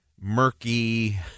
murky